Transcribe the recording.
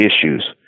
issues